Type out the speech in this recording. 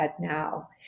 now